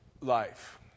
life